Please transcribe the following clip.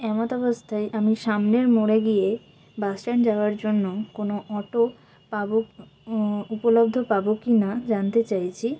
এমত অবস্থায় আমি সামনের মোরে গিয়েবাস স্ট্যান্ড যাওয়ার জন্য কোনো অটো পাবো উপলব্ধ পাবো কি না জানতে চেয়েছি